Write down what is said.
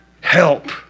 help